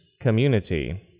community